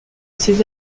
ces